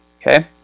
Okay